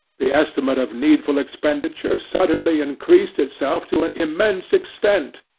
the estimate of needful expenditure suddenly increased itself to an immense extent,